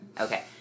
Okay